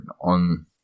on